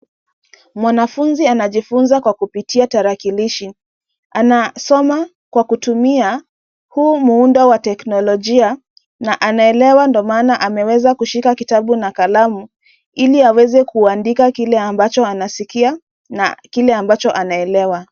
Mwanafunzi anajifunza kwa kupitia tarakilishi, anasoma kwa kutumia, huu muundo wa teknolojia na anaelewa ndo maana ameweza kushika kitabu na kalamu, ili aweze kuandika kile ambacho anasikia, na kile ambacho anaelewa.